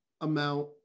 amount